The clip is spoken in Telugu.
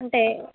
అంటే